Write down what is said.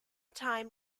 time